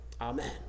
amen